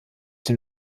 den